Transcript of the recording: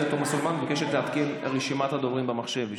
ביקשתי לעדכן את הרשימה במחשב.